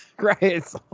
Right